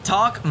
Talk